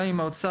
גם עם האוצר,